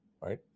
right